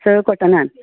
स काॅटनान